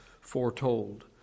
foretold